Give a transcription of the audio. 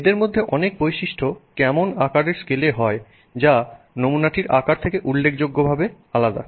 এদের মধ্যে অনেক বৈশিষ্ট্য কেমন আকারের স্কেলে হয় যা নমুনাটির আকারের থেকে উল্লেখযোগ্যভাবে আলাদা